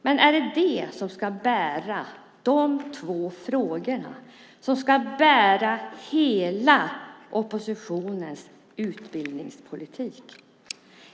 Men är det dessa två frågor som ska bära hela oppositionens utbildningspolitik?